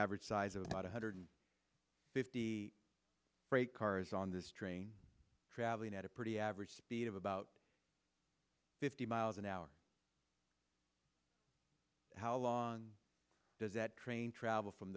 average size of about one hundred fifty freight cars on this train traveling at a pretty average speed of about fifty miles an hour how long does that train travel from